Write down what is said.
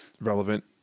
relevant